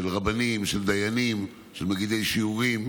של רבנים, של דיינים, של מגידי שיעורים,